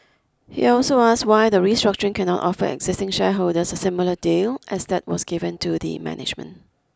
he also as why the restructuring cannot offer existing shareholders a similar deal as that was given to the management